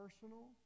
personal